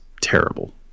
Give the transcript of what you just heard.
terrible